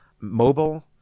mobile